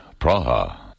Praha